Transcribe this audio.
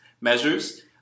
measures